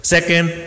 Second